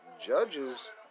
judges